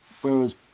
whereas